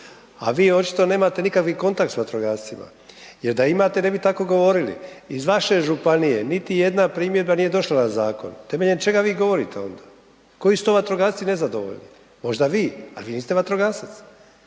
A vi očito nema nikakvih kontakt sa vatrogascima jer da imate, ne bi tako govorili. Iz vaše županije niti jedna primjedba nije došla na zakon. Temeljem čega vi govorite onda? Koji su to vatrogasci nezadovoljni? Možda vi ali vi vatrogasac.